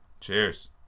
Cheers